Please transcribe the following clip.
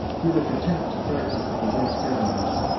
if he were content to practise the mosaic ceremonies,